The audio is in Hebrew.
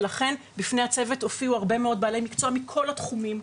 ולכן בפני הצוות הופיעו הרבה מאוד בעלי מקצוע מכל התחומים,